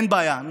אין בעיה,